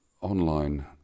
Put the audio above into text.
Online